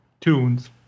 tunes